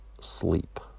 sleep